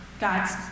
God's